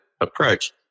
approach